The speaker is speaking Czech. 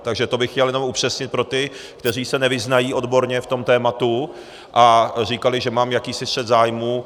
Takže to bych chtěl jenom upřesnit pro ty, kteří se nevyznají odborně v tom tématu a říkali, že mám jakýsi střet zájmů.